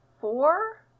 four